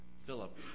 Philip